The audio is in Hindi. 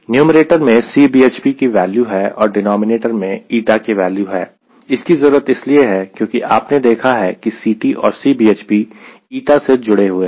न्यूमैरेटर में Cbhp की वैल्यू है और डिनॉमिनेटर में η की वैल्यू है इसकी जरूरत इसलिए है क्योंकि आपने देखा है कि Ct और Cbhp η से जुड़े हुए हैं